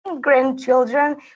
grandchildren